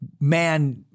man